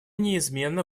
неизменно